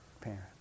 parent